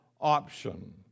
option